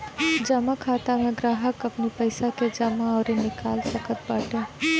जमा खाता में ग्राहक अपनी पईसा के जमा अउरी निकाल सकत बाटे